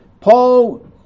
Paul